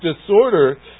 disorder